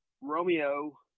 Romeo